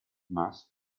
mass